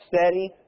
steady